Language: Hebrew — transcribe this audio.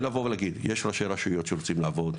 אנחנו רוצים לבוא ולהגיד שיש ראשי רשויות שרוצים לעבוד,